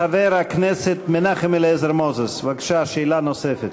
חבר הכנסת מנחם אליעזר מוזס, בבקשה, שאלה נוספת.